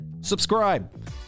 subscribe